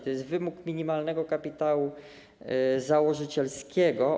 To jest wymóg minimalnego kapitału założycielskiego.